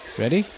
ready